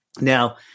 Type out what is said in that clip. Now